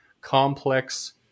complex